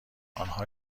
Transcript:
آنها